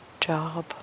job